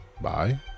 Bye